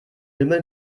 lümmel